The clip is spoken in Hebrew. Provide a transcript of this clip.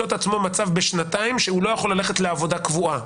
את עצמו במשך שנתיים לא יכול ללכת לעבודה קבועה